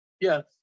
Yes